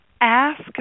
ask